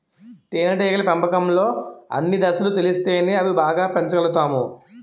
తేనేటీగల పెంపకంలో అన్ని దశలు తెలిస్తేనే అవి బాగా పెంచగలుతాము